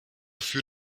für